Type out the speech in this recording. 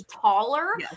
taller